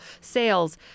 sales